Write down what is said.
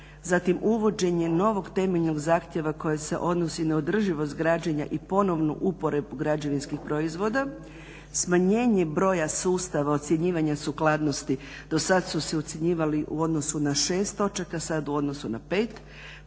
zatim uvođenje novog temeljnog zahtjeva koje se odnosi na održivost građenja i ponovnu uporabu građevinskih proizvoda, smanjenje broja sustava ocjenjivanja sukladnosti, do sada su se ocjenjivali u odnosu na 6 točaka, sada u odnosu na 5,